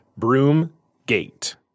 Broomgate